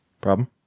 problem